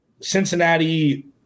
Cincinnati